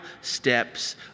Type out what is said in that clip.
steps